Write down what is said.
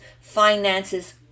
finances